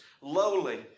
Lowly